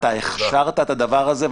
אתה הכשרת את הדבר הזה,